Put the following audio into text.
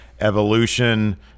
evolution